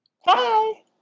Hi